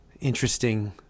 interesting